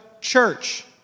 church